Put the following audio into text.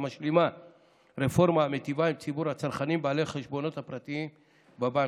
המשלימה רפורמה המיטיבה עם ציבור הצרכנים בעלי החשבונות הפרטיים בבנקים,